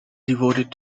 devoted